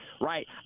right